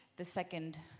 the second